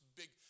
big